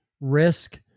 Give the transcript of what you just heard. risk